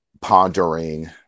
pondering